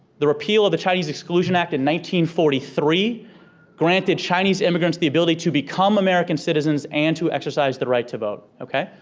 the repeal of the chinese exclusion act in forty three granted chinese immigrants the ability to become american citizens and to exercise the right to vote, okay?